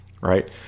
right